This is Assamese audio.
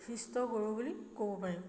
হৃষ্ট গৰু বুলি ক'ব পাৰিম